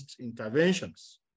interventions